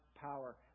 power